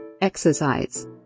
exercise